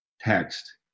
text